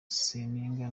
seninga